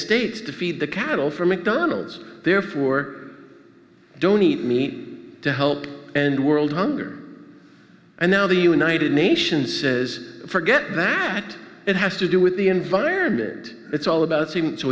states to feed the cattle for mcdonald's therefore don't eat meat to help and world hunger and now the united nations is forget that it has to do with the environment that it's all about s